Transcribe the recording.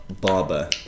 Barber